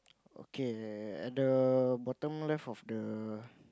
okay and the bottom left of the